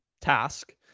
task